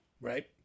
Right